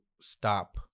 stop